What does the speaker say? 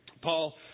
Paul